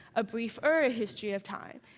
a briefer ah history of time.